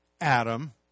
Adam